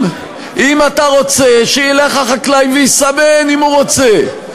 אם אתה רוצה, שילך החקלאי ויסמן אם הוא רוצה.